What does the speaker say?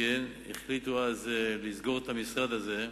החליטו אז לסגור את המשרד הזה.